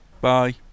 bye